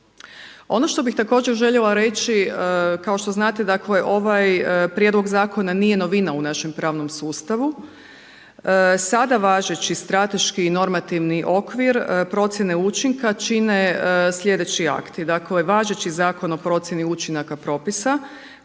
Ono što bih također željela reći, kao što znate dakle ovaj prijedlog zakona nije novina u našem pravnom sustavu. Sada važeći strateški i normativni okvir procjene učinka čine sljedeći akti. Dakle, važeći zakon o procjeni učinaka propisa